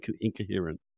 incoherent